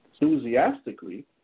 enthusiastically